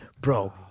Bro